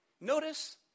Notice